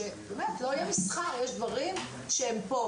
אבל גם זה נובע מהתת-תקצוב.